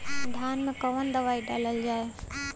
धान मे कवन दवाई डालल जाए?